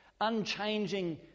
unchanging